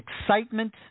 Excitement